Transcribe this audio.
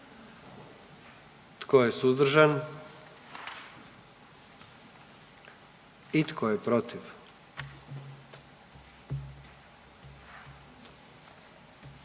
Tko je suzdržan? I tko je protiv?